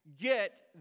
get